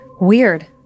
Weird